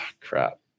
Crap